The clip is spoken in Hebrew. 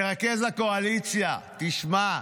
מרכז הקואליציה, תשמע,